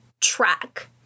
track